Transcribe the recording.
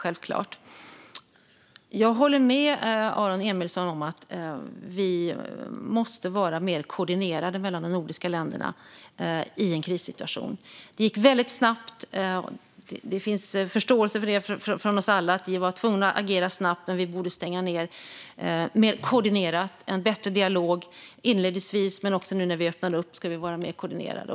Jag håller med Aron Emilsson om att vi måste vara mer koordinerade mellan de nordiska länderna i en krissituation. Det gick väldigt snabbt, och det finns förståelse från oss alla för att vi var tvungna att agera snabbt, men vi borde ha stängt ned koordinerat och haft en bättre dialog inledningsvis. Också nu när vi öppnar upp ska vi vara mer koordinerade.